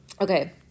Okay